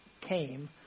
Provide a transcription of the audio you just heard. came